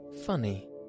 Funny